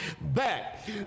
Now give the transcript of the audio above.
back